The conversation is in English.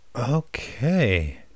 okay